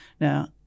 Now